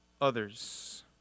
others